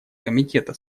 комитета